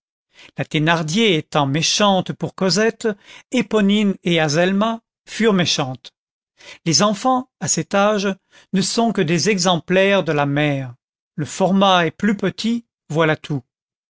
la thénardier étant méchante pour cosette éponine et azelma furent méchantes les enfants à cet âge ne sont que des exemplaires de la mère le format est plus petit voilà tout